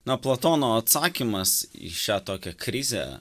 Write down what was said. na platono atsakymas į šią tokią krizę